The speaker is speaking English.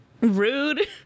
Rude